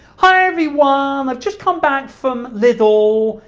hi everyone, um i've just come back from lidl,